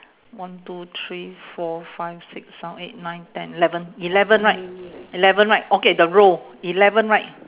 one two three four five six seven eight nine ten eleven eleven right eleven right okay the row eleven right